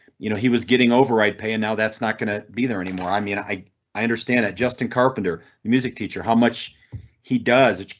you know he was getting override paying. now that's not going to be there anymore. i mean, i i understand that justin carpenter music teacher, how much he does.